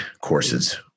courses